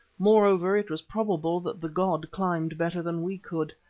moreover, it was probable that the god climbed better than we could.